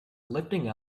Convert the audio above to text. lifting